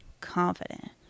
confident